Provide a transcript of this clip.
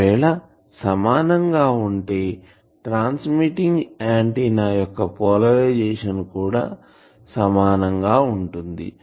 ఒకవేళ సమానం గా ఉంటే ట్రాన్స్మిటింగ్ ఆంటిన్నా యొక్క పోలరైజేషన్ కూడా సమానం గా ఉంటుంది